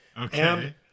Okay